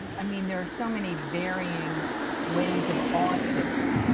i mean there were so many varying ways of autism,